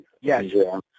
Yes